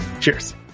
Cheers